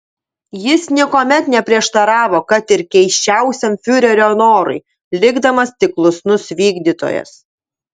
jis niekuomet neprieštaravo kad ir keisčiausiam fiurerio norui likdamas tik klusnus vykdytojas